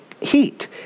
heat